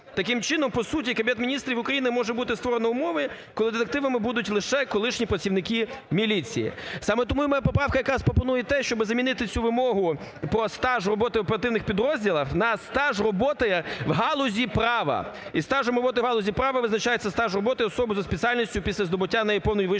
Таким чином, по суті, Кабінетом Міністрів України може бути створено умови, коли детективами будуть лише колишні працівники міліції. Саме тому і моя поправка якраз пропонує те, щоб замінити цю вимогу про стаж роботи в оперативних підрозділах на стаж роботи в галузі права. І стажем роботи в галузі права визначається стаж роботи особи за спеціальністю після здобуття нею повної вищої